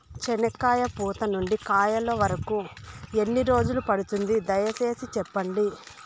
చెనక్కాయ పూత నుండి కాయల వరకు ఎన్ని రోజులు పడుతుంది? దయ సేసి చెప్పండి?